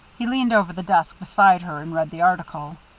he leaned over the desk beside her and read the article.